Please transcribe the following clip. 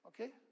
Okay